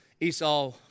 Esau